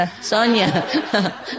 Sonia